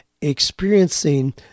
experiencing